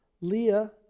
Leah